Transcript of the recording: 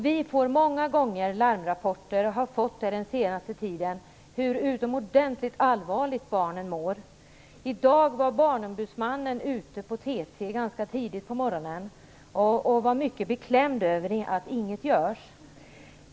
Vi får många gånger larmrapporter, och har fått det också den senaste tiden, om hur utomordentligt illa barnen mår. I dag framträdde barnombudsmannen på TT ganska tidigt på morgonen och var mycket beklämd över att inget görs.